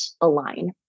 align